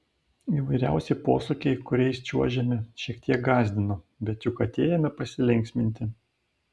įvairiausi posūkiai kuriais čiuožėme šiek tiek gąsdino bet juk atėjome pasilinksminti